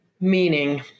Meaning